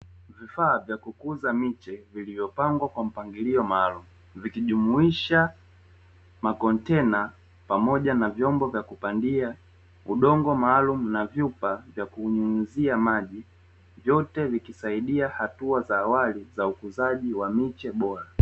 Vifaa vya kukuza miche vilivyopangwa kwa mpangilio maalumu, vikijumuisha makontena pamoja na vyombo vya kupandia udongo maalumu na vyupa vya kunyunyizia maji, vyote vikisadia hatua za awali za ukuzaji za miche bora.